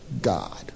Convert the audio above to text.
God